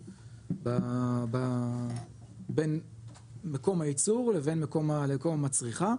בהם בין מקום הייצור לבין מקום הצריכה,